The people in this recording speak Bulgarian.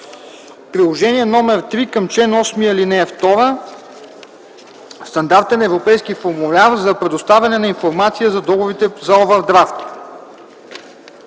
Приложение № 3, към чл. 8, ал. 2. Стандартен европейски формуляр за предоставяне на информация за договорите за овърдрафт.